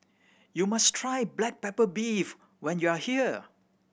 you must try black pepper beef when you are here